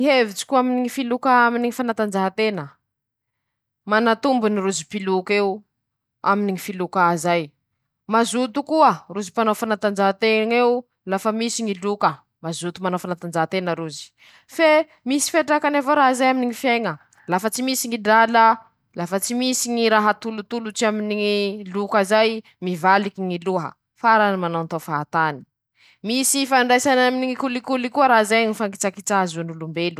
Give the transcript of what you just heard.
Laha zaho ro hampianatsy ñ'anako, handay bisikilety :-ñy voalohany, omanikoi aminy ñy fianara ñy bisikilety zay, sandra ambarako azy ro atoroko azy ñy lala noho ñy raha tokony hataony ;manahaky anizay, atoroko azy ñy fidikira aminy ñy bisikilety iñy e ñy, hoe manao akory ñy fandesa azy ?ino ñy raha atao mba tsy hahatonta an-teña? ino ñy fihetsiky hatao mba ha handehasoa bisikilety iñy.